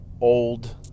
old